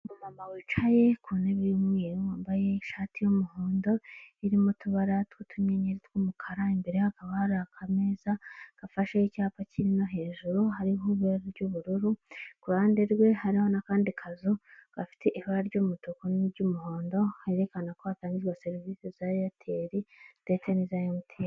Umu mama wicaye ku ntebe y'umweru wambaye ishati y'umuhondo irimo utubara tw'ututunyeri tw'umukara imbere ye hakaba hari akameza gafasheho icyapa kiri no hejuru hariho ibara ry'ubururu kuruhande rwe hariho n'akandi kazu gafite ibara ry'umutuku niry'umuhondo herekana ko hatangirwa serivisi za eyateri ndetse n'iza emutiyene.